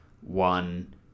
one